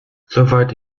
soweit